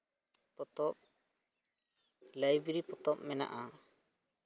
ᱯᱚᱛᱚᱵ ᱞᱟᱭᱵᱮᱨᱤ ᱯᱚᱛᱚᱵ ᱢᱮᱱᱟᱜᱼᱟ